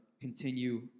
continue